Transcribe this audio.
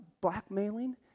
blackmailing